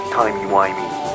timey-wimey